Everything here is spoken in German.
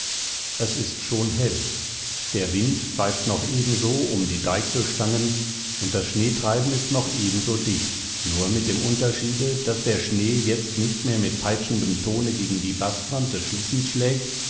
es ist schon hell der wind pfeift noch ebenso um die deichselstangen und das schneetreiben ist noch ebenso dicht nur mit dem unterschiede daß der schnee jetzt nicht mehr mit peitschendem tone gegen die bastwand des schlittens schlägt